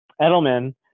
Edelman